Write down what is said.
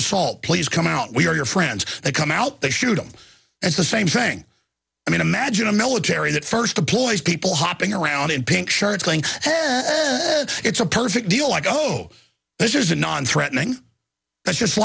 assault please come out we are your friends they come out they shoot him it's the same thing i mean imagine a military that first deployed people hopping around in pink shirts going it's a perfect deal like oh this is a non threatening that's just